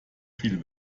viel